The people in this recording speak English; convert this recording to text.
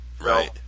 Right